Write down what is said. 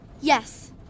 Yes